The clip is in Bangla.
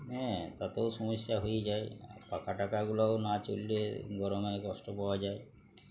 হ্যাঁ তাতেও সমস্যা হয়ে যায় পাখা টাখা গুলোও না চললে গরমে কষ্ট পাওয়া যায়